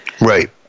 Right